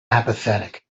apathetic